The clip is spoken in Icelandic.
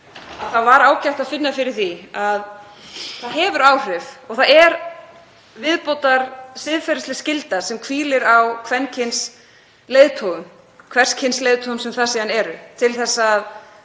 Það var ágætt að finna fyrir því að það hefur áhrif og það er til viðbótar siðferðisleg skylda sem hvílir á kvenkyns leiðtogum, hvers kyns leiðtogar sem það síðan eru, að